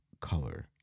color